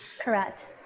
Correct